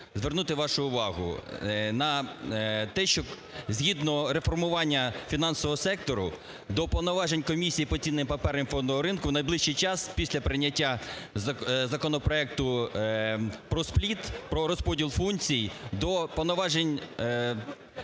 звернути вашу увагу на те, що згідно реформування фінансового сектору до повноважень Комісії по цінним паперам і фондового ринку в найближчий час, після прийняття законопроекту про спліт, про розподіл функцій до повноважень даної